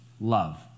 love